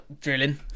Drilling